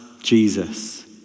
Jesus